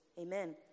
Amen